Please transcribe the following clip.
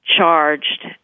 charged